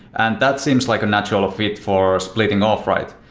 and that seems like a natural fit for splitting off, right?